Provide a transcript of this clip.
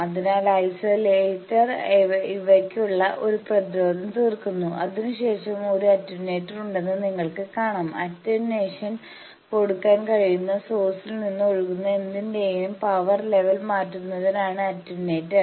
അതിനാൽ ഐസൊലേറ്റർ ഇവയ്ക്കുള്ള ഒരു പ്രതിരോധം തീർക്കുന്നു അതിനുശേഷം ഒരു അറ്റെന്വറ്റർ ഉണ്ടെന്ന് നിങ്ങൾക്ക് കാണാം അറ്റെന്വേഷൻ കൊടുക്കാൻ കഴിയുന്ന സോഴ്സിൽ നിന്ന് ഒഴുകുന്ന എന്തിന്റെയെങ്കിലും പവർ ലെവൽ മാറ്റുന്നതിനാണ് അറ്റെന്വറ്റർ